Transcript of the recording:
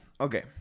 Okay